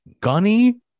Gunny